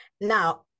Now